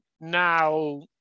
now